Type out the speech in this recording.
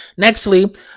Nextly